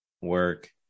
work